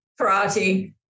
karate